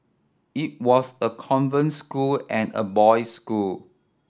it was a convent school and a boys school